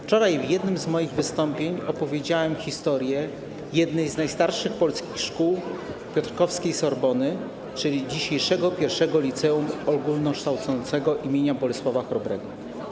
Wczoraj w jednym z moich wystąpień opowiedziałem historię jednej z najstarszych polskich szkół, piotrkowskiej Sorbony, czyli dzisiejszego I Liceum Ogólnokształcącego im. Bolesława Chrobrego.